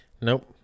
nope